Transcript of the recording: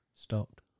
Stopped